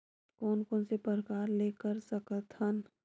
कोन कोन से प्रकार ले कर सकत हन?